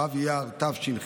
ו' אייר תש"ח,